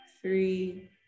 three